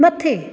मथे